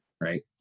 Right